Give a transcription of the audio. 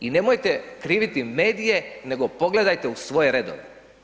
I nemojte kriviti medije nego pogledajte u svoje redove.